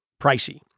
pricey